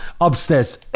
Upstairs